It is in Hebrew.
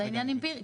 זה עניין אמפירי.